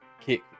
kick